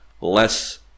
less